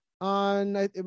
on